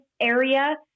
area